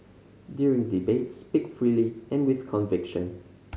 during debates speak freely and with conviction